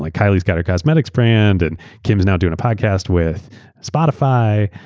like kylieaeurs got a cosmetics brand, and kimaeurs now doing a podcast with spotify.